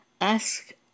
ask